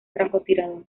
francotirador